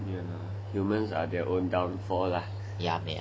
hmm humans are their own downfall lah